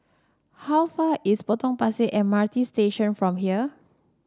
how far is Potong Pasir M R T Station from here